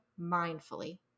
mindfully